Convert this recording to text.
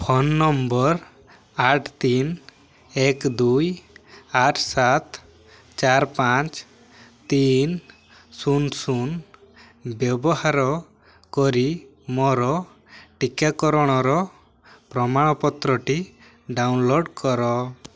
phone number ଆଠ ତିନି ଏକ ଦୁଇ ଆଠ ସାତ ଚାର ପାଞ୍ଚ ତିନି ଶୂନ ଶୂନ ବ୍ୟବହାର କରି ମୋର ଟିକାକରଣର ପ୍ରମାଣପତ୍ରଟି ଡାଉନ୍ଲୋଡ଼୍ କର